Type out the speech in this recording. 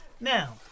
Now